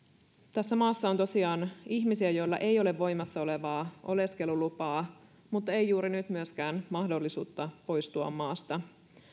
tässä maassa on tosiaan ihmisiä joilla ei ole voimassa olevaa oleskelulupaa mutta ei juuri nyt myöskään mahdollisuutta poistua maasta